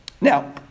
Now